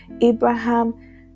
abraham